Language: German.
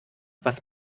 was